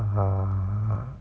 uh